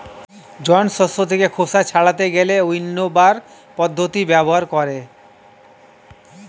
জন শস্য থেকে খোসা ছাড়াতে গেলে উইন্নবার পদ্ধতি ব্যবহার করে